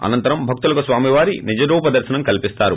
అనంతరం భక్షులకు స్వామి వారి నిజరూప దర్పనం కల్సిస్తారు